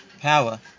power